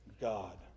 God